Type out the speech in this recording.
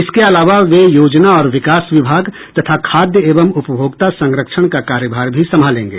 इसके अलावा वे योजना और विकास विभाग तथा खाद्य एवं उपभोक्ता संरक्षण का कार्यभार भी संभालेंगे